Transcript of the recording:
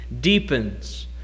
deepens